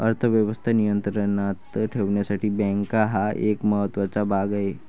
अर्थ व्यवस्था नियंत्रणात ठेवण्यासाठी बँका हा एक महत्त्वाचा भाग आहे